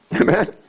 amen